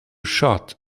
shot